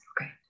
Okay